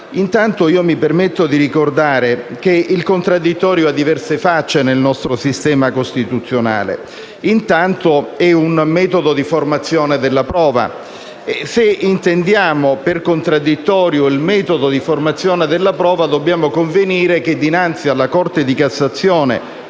Intanto, mi permetto di ricordare che il contraddittorio ha diverse facce nel nostro sistema costituzionale. È un metodo di formazione della prova e, se intendiamo per contraddittorio il metodo di formazione della prova, dobbiamo convenire che, dinanzi alla Corte di cassazione